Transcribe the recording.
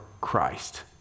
Christ